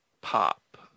pop